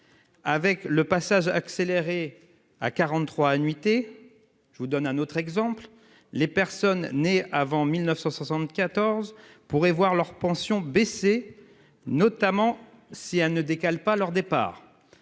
Avec le passage accéléré à 43 annuités. Je vous donne un autre exemple, les personnes nées avant 1974 pourraient voir leur pension baisser. Notamment si elle ne décale pas leur départ.